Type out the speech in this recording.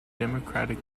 democratic